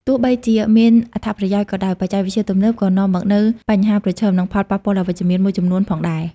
ទោះបីជាមានអត្ថប្រយោជន៍ក៏ដោយ បច្ចេកវិទ្យាទំនើបក៏នាំមកនូវបញ្ហាប្រឈម និងផលប៉ះពាល់អវិជ្ជមានមួយចំនួនផងដែរ។